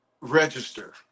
register